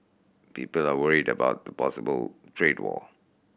people are worried about a possible trade war